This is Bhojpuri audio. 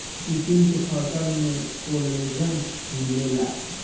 चिटिन के फसल में कोलेजन मिलेला